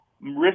risk